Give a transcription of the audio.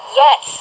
yes